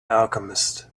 alchemist